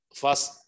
first